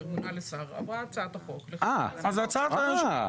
מונה לשר עברה הצעת החוק לחבר הכנסת פוגל.